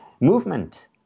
movement